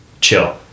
chill